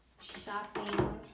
shopping